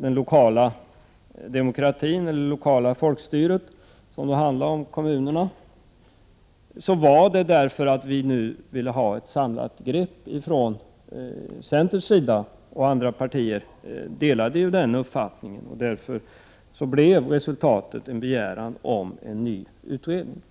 det lokala folkstyret, som handlade om kommunerna, skedde det därför att vi nu från centerns sida ville ha ett samlat grepp, en uppfattning som andra partier delade. Resultatet blev därför en begäran om en ny utredning.